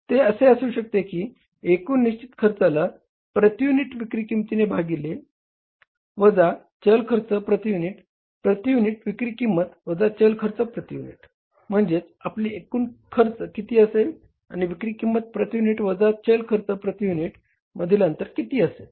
ते असे असू शकते की एकूण निश्चित खर्चाला प्रती युनिट विक्री किंमतिने भागले वजा चल खर्च प्रती युनिट प्रती युनिट विक्री किंमत वजा चल खर्च प्रती युनिट म्हणजे आपले एकूण खर्च किती असेल आणि विक्री किंमत प्रती युनिट वजा चल खर्च प्रती युनिट मधील अंतर किती असेल